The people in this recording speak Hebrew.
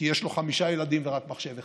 כי יש לו חמישה ילדים ורק מחשב אחד,